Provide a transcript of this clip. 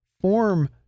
form